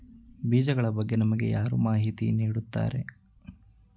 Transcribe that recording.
ಬೀಜಗಳ ಬಗ್ಗೆ ನಮಗೆ ಯಾರು ಮಾಹಿತಿ ನೀಡುತ್ತಾರೆ?